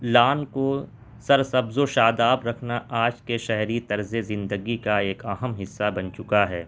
lawn کو سر سبز و شاداب رکھنا آج کے شہری طرز زندگی کا ایک اہم حصہ بن چکا ہے